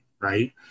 right